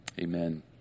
Amen